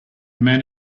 man